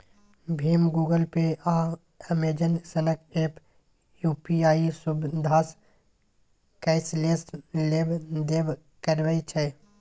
भीम, Google Pay, आ Amazon सनक app UPI सुविधासँ कैशलेस लेब देब करबै छै